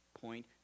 point